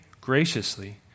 graciously